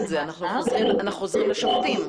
אנחנו חוזרים לשופטים.